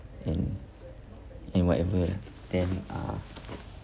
and and whatever then uh